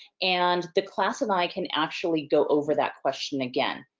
and, the class and i can actually go over that question again.